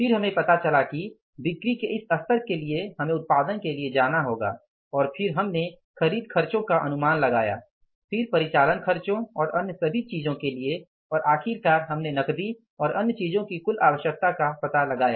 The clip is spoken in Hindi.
फिर हमें पता चला कि बिक्री के इस स्तर के लिए हमें उत्पादन के लिए जाना होगा और फिर हमने खरीद खर्चों का अनुमान लगाया फिर परिचालन खर्चों और अन्य सभी चीजों के लिए और आखिरकार हमने नकदी और अन्य चीजों की कुल आवश्यकता का पता लगाया